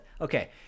Okay